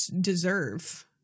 deserve